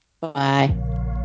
Bye